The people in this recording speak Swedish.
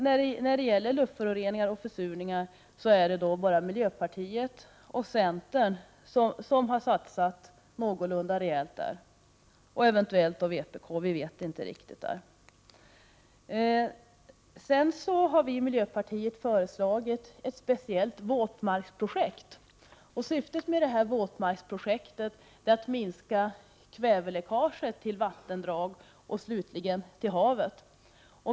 När det gäller luftföroreningar och försurningar är det bara miljöpartiet och centern som har satsat någorlunda rejält. Eventuellt kan detta gälla vpk, men vi vet inte säkert. Vi i miljöpartiet har föreslagit ett speciellt våtmarksprojekt. Syftet med våtmarksprojektet är att minska kväveläckaget till vattendrag och sedan slutligen till havet.